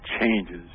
changes